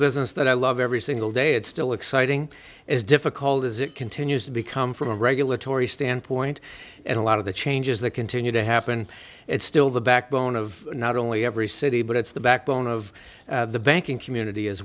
business that i love every single day it's still exciting as difficult as it continues to become from a regulatory standpoint and a lot of the changes that continue to happen it's still the backbone of not only every city but it's the backbone of the banking community as